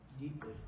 deeply